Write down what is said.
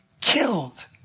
killed